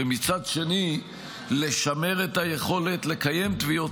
ומצד שני לשמר את היכולת לקיים תביעות